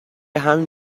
همین